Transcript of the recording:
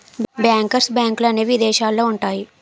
bankers బ్యాంకులనేవి ఇదేశాలల్లో ఉంటయ్యి